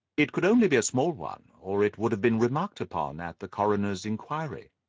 it could only be a small one, or it would have been remarked upon at the coroner's inquiry.